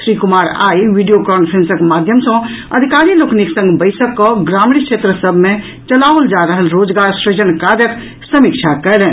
श्री कुमार आई वीडियो कांफ्रेंसक माध्यम सॅ अधिकारी लोकनिक संग बैसक कऽ ग्रामीण क्षेत्र सभ मे चलाओल जा रहल रोजगार सृजन काजक समीक्षा कयलनि